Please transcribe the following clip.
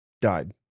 died